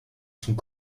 sont